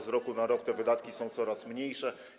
Z roku na rok te wydatki są coraz mniejsze.